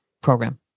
program